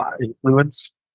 Influence